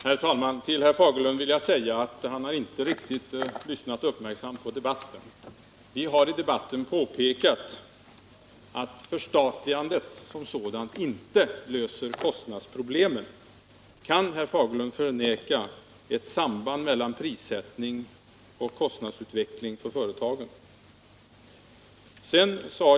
Herr talman! Till herr Fagerlund vill jag säga att han tydligen inte lyssnat riktigt uppmärksamt på debatten. Vi har i debatten påpekat att förstatligandet som sådant inte löser kostnadsproblemen. Kan herr Fagerlund förneka ett samband mellan prissättning och kostnadsutveckling för företagen?